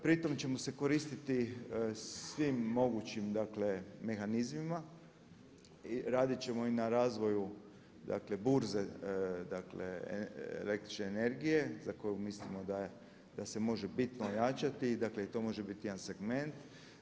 Pri tome ćemo se koristiti svim mogućim dakle mehanizmima, raditi ćemo i na razvoju dakle burze, dakle električne energije za koju mislimo da se može bitno ojačati i dakle i to može biti jedan segment.